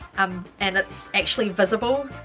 um and it's actually visible,